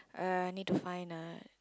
err need to find a